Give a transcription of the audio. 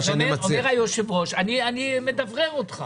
אז אומר היושב-ראש אני מדברר אותך